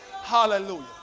Hallelujah